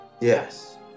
Yes